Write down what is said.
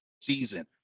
season